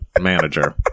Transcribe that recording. manager